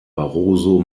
barroso